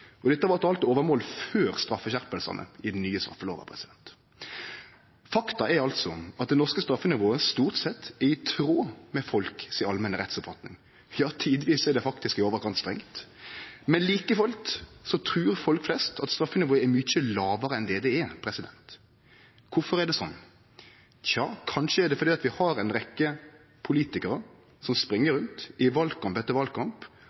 spurde. Dette var til alt overmål før straffeskjerpingane i den nye straffelova. Faktum er altså at det norske straffenivået stort sett er i tråd med folk si allmenne rettsoppfatning. Ja, tidvis er det faktisk i overkant strengt. Men like fullt trur folk flest at straffenivået er mykje lågare enn det det er. Kvifor er det sånn? Tja, kanskje er det fordi vi har ei rekkje politikarar som spring rundt i valkamp etter valkamp